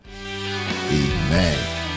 amen